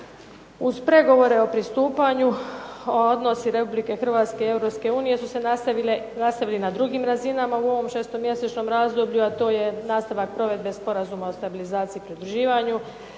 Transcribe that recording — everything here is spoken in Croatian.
Uz pregovore o pristupanju odnosi Republike Hrvatske i Europske unije su se nastavili na drugim razinama u ovom šestomjesečnom razdoblju, a to je nastavak provedbe Sporazuma o stabilizaciji i pridruživanju,